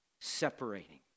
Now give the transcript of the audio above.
separating